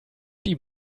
die